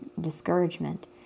discouragement